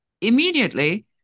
immediately